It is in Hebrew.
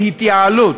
של "התייעלות".